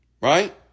Right